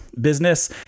business